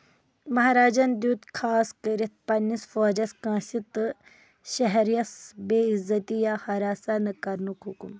مہاراجن دِیُت خاص كرِتھ پننِس فوجس کٲنٛسہِ تہِ شہریَس بے عزتی یا ہراساں نہٕ كرنٗك حکم